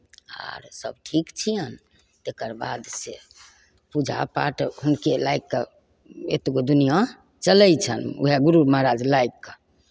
आरसभ ठीक छियनि तकर बाद से पूजापाठ हुनके लागि कऽ एतेक गो दुनिआँ चलै छनि गुरू महाराज लागि कऽ